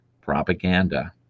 propaganda